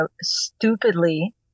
stupidly